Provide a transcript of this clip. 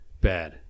Bad